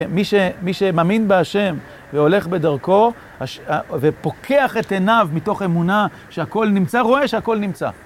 מי שמאמין בהשם והולך בדרכו, ופוקח את עיניו מתוך אמונה שהכל נמצא, רואה שהכל נמצא.